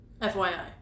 FYI